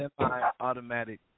semi-automatic